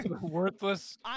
Worthless